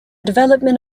development